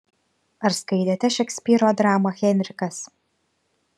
ar skaitėte šekspyro dramą henrikas